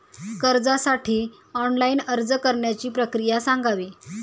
कर्जासाठी ऑनलाइन अर्ज करण्याची प्रक्रिया सांगावी